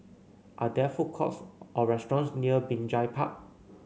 are there food courts or restaurants near Binjai Park